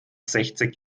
sechzig